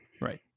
Right